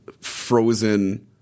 frozen –